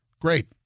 Great